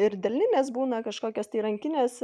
ir delninės būna kažkokios tai rankinės